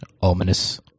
Ominous